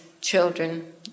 children